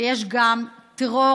שיש גם טרור.